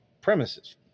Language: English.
premises